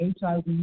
HIV